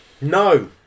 No